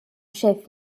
chef